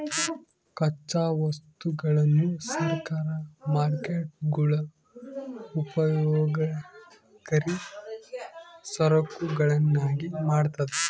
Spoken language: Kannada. ಕಚ್ಚಾ ವಸ್ತುಗಳನ್ನು ಸರಕು ಮಾರ್ಕೇಟ್ಗುಳು ಉಪಯೋಗಕರಿ ಸರಕುಗಳನ್ನಾಗಿ ಮಾಡ್ತದ